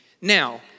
Now